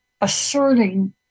asserting